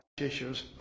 issues